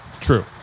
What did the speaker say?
True